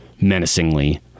menacingly